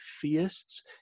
theists